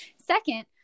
Second